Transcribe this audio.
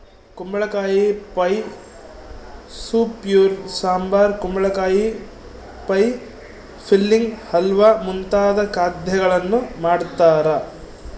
ಕುಂಬಳಕಾಯಿ pie soup puree sambar ಕುಂಬಳಕಾಯಿ pie filling halwa ಮುಂತಾದ ಖಾದ್ಯಗಳನ್ನು ಮಾಡ್ತಾರ